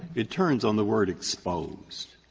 it turns on the word exposed.